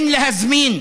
אין להזמין